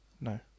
No